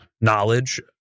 knowledge